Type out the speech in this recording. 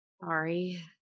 sorry